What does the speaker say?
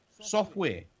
software